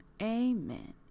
amen